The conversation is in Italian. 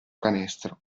canestro